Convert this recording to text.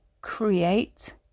create